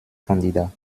candidats